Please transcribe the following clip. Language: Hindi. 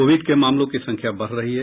कोविड के मामलों की संख्या बढ़ रही है